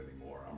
anymore